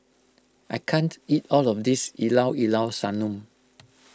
I can't eat all of this Llao Llao Sanum